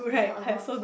not a lot